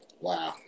Wow